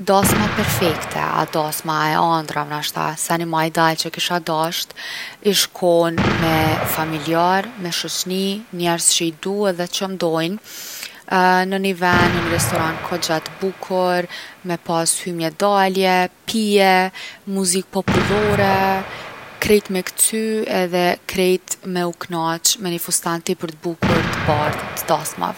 Dasma perfekte a dasma e andrrave nashta, seni ma ideal që kisha dasht ish kon me familjarë, me shoqni, me njerz që i du edhe mdojnë. Në ni ven, në ni restoran kogja t’bukur. Me pas hymje dalje, pije, muzikë popullore, krejt me kcy edhe me krejt me u knaq. Me ni fustan tepër t’bukur t’bardhë t’dasmave.